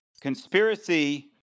Conspiracy